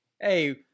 Hey